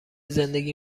زندگی